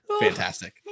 fantastic